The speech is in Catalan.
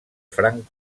franc